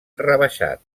rebaixat